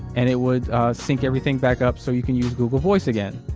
and it would sink everything back up so you can use google voice again?